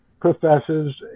professors